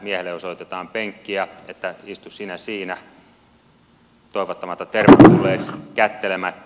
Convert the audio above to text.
miehelle osoitetaan penkkiä että istu sinä siinä toivottamatta tervetulleeksi kättelemättä